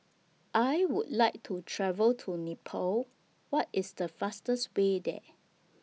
I Would like to travel to Nepal What IS The fastest Way There